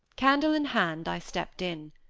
candle in hand i stepped in.